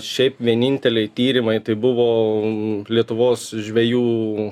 šiaip vieninteliai tyrimai tai buvo lietuvos žvejų